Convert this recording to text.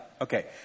Okay